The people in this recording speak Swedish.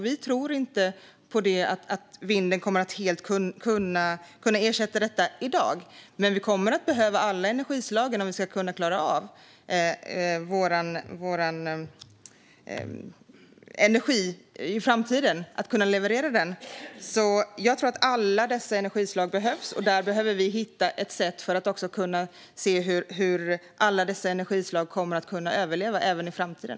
Vi tror inte att vinden kommer att kunna ersätta dem helt i dag. Men vi kommer att behöva alla energislag om vi ska kunna klara av att leverera vår energi i framtiden. Jag tror att alla dessa energislag behövs, och vi behöver hitta ett sätt att se till hur alla energislag kommer att kunna överleva även i framtiden.